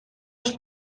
els